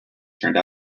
turned